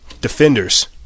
Defenders